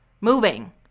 moving